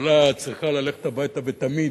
הממשלה צריכה ללכת הביתה לתמיד.